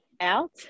out